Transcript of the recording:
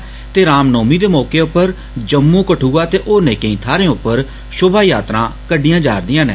रामनौमी दे मौके उप्पर जम्मू कठुआ ते होरनें केई थ्हारें उप्पर षोभायात्रां कड्डियां जा'रदियां न